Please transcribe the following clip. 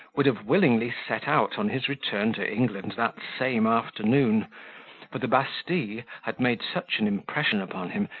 would have willingly set out on his return to england that same afternoon for the bastille had made such an impression upon him,